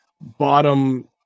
bottom